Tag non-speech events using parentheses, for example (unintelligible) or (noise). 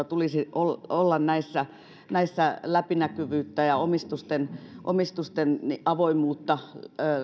(unintelligible) tulisi olla näissä näissä läpinäkyvyyttä ja omistusten omistusten avoimuutta